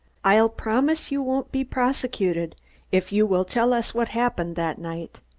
i'll promise you won't be prosecuted if you will tell us what happened that night.